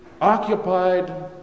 occupied